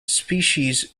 species